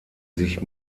sich